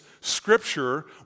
Scripture